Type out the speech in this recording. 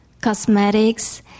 cosmetics